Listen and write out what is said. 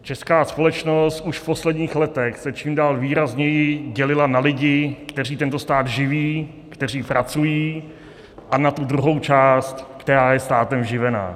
Česká společnost se už v posledních letech čím dál výrazněji dělila na lidi, kteří tento stát živí, kteří pracují, a na tu druhou část, která je státem živena.